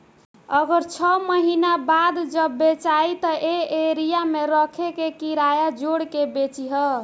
अगर छौ महीना बाद जब बेचायी त ए एरिया मे रखे के किराया जोड़ के बेची ह